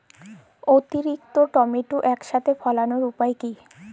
অতিরিক্ত টমেটো একসাথে ফলানোর উপায় কী?